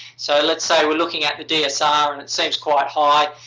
so, let's say we're looking at the dsr and it seems quite high.